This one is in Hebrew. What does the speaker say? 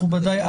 מכובדיי,